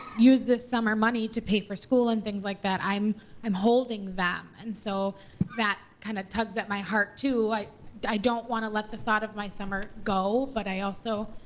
use this summer money to pay for school and things like that. i'm i'm holding that. and so that kind of tugs at my heart too. like i don't want to let the thought of my summer go. but i also